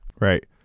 Right